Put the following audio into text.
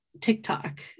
TikTok